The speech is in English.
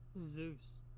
Zeus